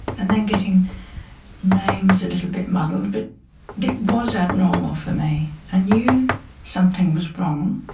and then getting names a little bit muddled. but it was abnormal for me. i knew something was wrong,